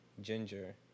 ginger